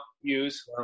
use